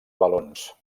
valons